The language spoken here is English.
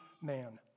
man